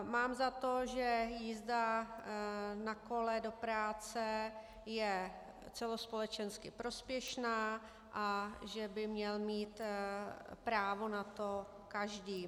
Mám za to, že jízda na kole do práce je celospolečensky prospěšná a že by měl mít právo na to každý.